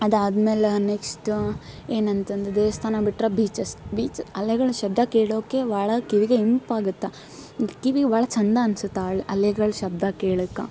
ಅದಾದ್ಮೇಲೆ ನೆಕ್ಸ್ಟ್ ಏನಂತಂದ್ರೆ ದೇವಸ್ಥಾನ ಬಿಟ್ರೆ ಬೀಚಸ್ ಬೀಚ್ ಅಲೆಗಳ ಶಬ್ದ ಕೇಳೋಕೆ ಭಾಳ ಕಿವಿಗೆ ಇಂಪು ಆಗುತ್ತೆ ಕಿವಿ ಒಳಗೆ ಚೆಂದ ಅನ್ನಿಸುತ್ತೆ ಅಲೆ ಅಲೆಗಳ ಶಬ್ದ ಕೇಳೋಕ್ಕೆ